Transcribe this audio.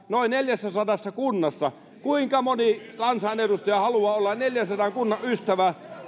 noin neljässäsadassa kunnassa kuinka moni kansanedustaja haluaa olla neljänsadan kunnan ystävä